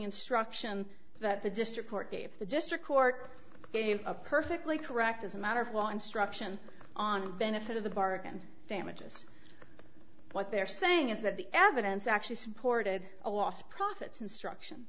instruction that the district court gave the district court gave you a perfectly correct as a matter of law instruction on benefit of the bargain damages what they're saying is that the evidence actually supported a lost profits instruction